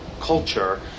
culture